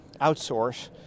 outsource